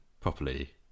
properly